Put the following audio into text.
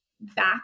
back